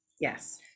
yes